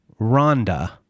Rhonda